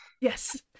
Yes